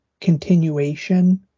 continuation